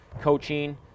coaching